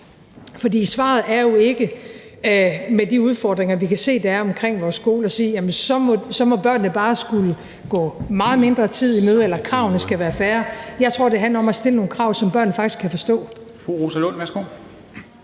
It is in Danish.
det her for letkøbt. Med de udfordringer, vi kan se der er omkring vores skoler, er svaret jo ikke at sige, at børnene så bare må skulle gå meget mindre tid i møde, eller at kravene skal være færre. Jeg tror, det handler om at stille nogle krav, som børnene faktisk kan forstå.